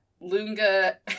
Lunga